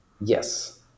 Yes